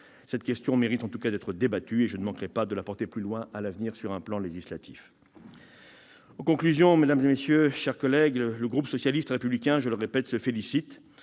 Cette question mérite en tout cas d'être débattue, et je ne manquerai pas de la porter plus loin à l'avenir sur le plan législatif. En conclusion, le groupe socialiste et républicain, je le répète, se félicite